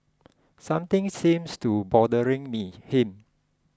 something seems to bothering me him